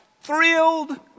thrilled